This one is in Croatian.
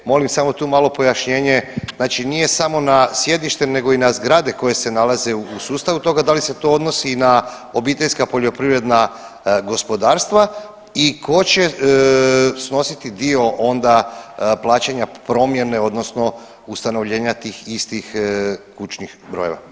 Molim samo tu malo pojašnjenje, znači nije samo na sjedište nego i na zgrade koje se nalaze u sustavu toga, dali se to odnosi i na obiteljska poljoprivredna gospodarstva, i tko će snositi dio onda plaćanja promjene, odnosno ustanovljenja tih istih kućnih brojeva.